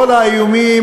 כל האיומים